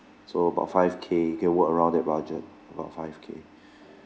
so about five K you can work around that budget about five K